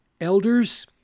Elders